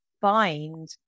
find